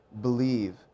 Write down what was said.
believe